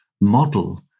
model